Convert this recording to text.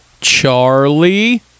Charlie